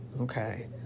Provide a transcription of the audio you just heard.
Okay